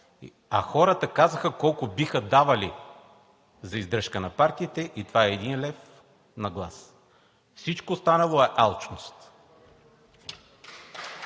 А хората казаха колко биха давали за издръжка на партиите и това е един лев на глас. Всичко останало е алчност!